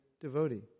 devotee